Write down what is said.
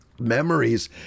memories